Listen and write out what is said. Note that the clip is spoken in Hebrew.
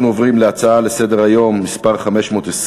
נעבור להצעה מס' 520,